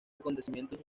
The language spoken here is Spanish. acontecimientos